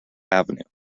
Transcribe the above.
avenue